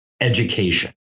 education